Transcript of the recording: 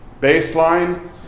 Baseline